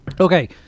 Okay